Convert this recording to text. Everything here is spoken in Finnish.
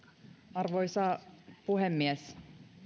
arvoisa puhemies